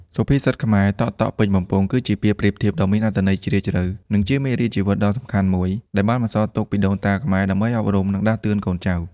សុភាសិតខ្មែរ តក់ៗពេញបំពង់ គឺជាពាក្យប្រៀបធៀបដ៏មានអត្ថន័យជ្រាលជ្រៅ និងជាមេរៀនជីវិតដ៏សំខាន់មួយ ដែលបានបន្សល់ទុកពីដូនតាខ្មែរ ដើម្បីអប់រំ និងដាស់តឿនកូនចៅ។